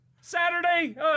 Saturday